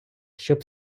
щоб